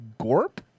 Gorp